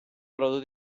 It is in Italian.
brodo